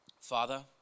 Father